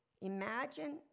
Imagine